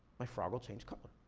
my frog will change color.